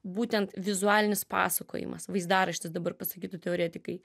būtent vizualinis pasakojimas vaizdaraštis dabar pasakytų teoretikai